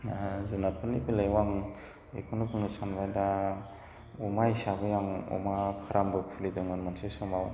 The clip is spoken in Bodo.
जुनारफोरनि बेलायाव आं बेखौनो बुंनो सानबाय दा अमा हिसाबै आं अमा फार्मबो खुलिदोंमोन मोनसे समाव